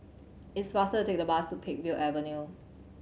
it's faster to take the bus to Peakville Avenue